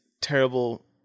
terrible